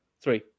three